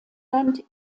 england